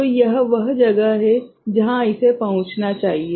तो यह वह जगह है जहां इसे पहुंचना चाहिए